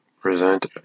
present